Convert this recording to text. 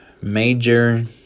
Major